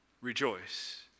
Rejoice